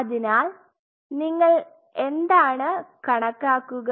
അതിനാൽ നിങ്ങൾ എന്താണ് കണക്കാക്കുക